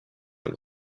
ein